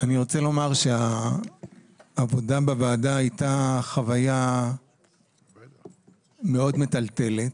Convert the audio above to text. אני רוצה לומר שהעבודה בוועדה הייתה חוויה מאוד מטלטלת.